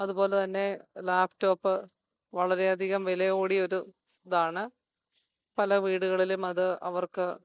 അതുപോലതന്നെ ലാപ്ടോപ്പ് വളരെയധികം വിലകൂടിയ ഒരു ഇതാണ് പല വീടുകളിലും അത് അവർക്ക്